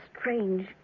strange